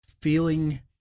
feeling